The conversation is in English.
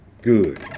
good